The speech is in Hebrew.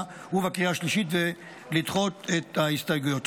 ובקריאה השלישית ולדחות את ההסתייגויות.